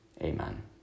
Amen